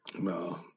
No